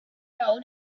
held